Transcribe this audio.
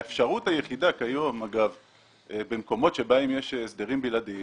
האפשרות היחידה כיום במקומות בהם יש הסדרים בלעדיים